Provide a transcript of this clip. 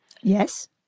Yes